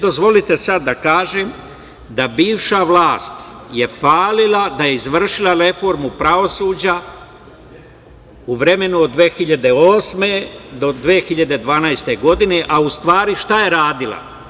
Dozvolite sada da kažem da se bivša vlast hvalila da je izvršila reformu pravosuđa u vremenu od 2008. do 2012. godine, a u stvari šta je radila?